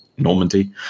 Normandy